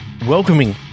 Welcoming